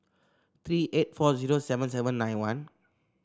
three eight four zero seven seven nine one